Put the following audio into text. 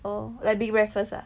oh like big breakfast ah